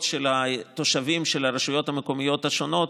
של התושבים של הרשויות המקומיות השונות,